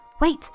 wait